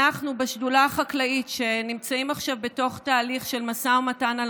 אנחנו בשדולה החקלאית נמצאים עכשיו בתוך תהליך של משא ומתן על